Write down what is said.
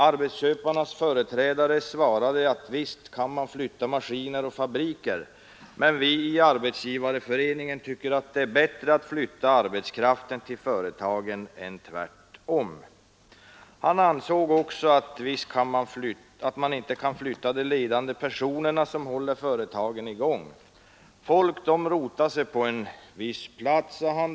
Arbetsköparnas företrädare svarade, att ”visst kan man flytta maskiner och fabriker, men vi i Arbetsgivareföreningen tycker att det är bättre att flytta arbetskraften till företagen än tvärtom”. Han ansåg också att man inte kan flytta de ledande personerna, som håller företagen i gång. Folk rotar sig på en viss plats, sade han.